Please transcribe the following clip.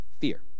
fear